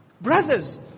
brothers